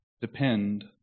depend